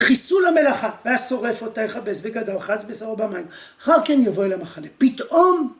חיסול המלאכה. "והשורף אותה יכבס בגדיו ורחץ את בשרו במים ואחרי כן יבוא אל המחנה". פתאום...